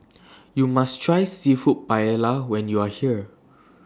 YOU must Try Seafood Paella when YOU Are here